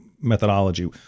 methodology